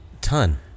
Ton